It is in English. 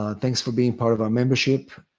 ah thanks for being part of our membership.